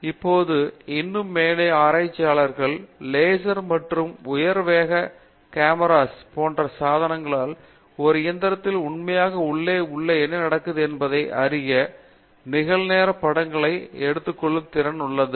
இப்போது இன்னும் மேலாக ஆராய்ச்சியாளர்கள் லேசர்கள் மற்றும் உயர் வேக காமிராக்கள் போன்ற சாதனங்களுடன் ஒரு இயந்திரத்தில் உண்மையாக உள்ளே என்ன நடக்கிறது என்பதை அறிய நிகழ்நேர படங்களை எடுத்துக் கொள்ளும் திறன் உள்ளது